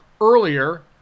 earlier